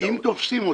אם תופסים אותו.